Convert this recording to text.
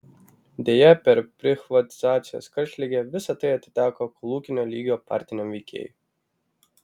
deja per prichvatizacijos karštligę visa tai atiteko kolūkinio lygio partiniam veikėjui